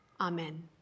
Amen